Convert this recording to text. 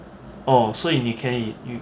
oh 所以你可以 you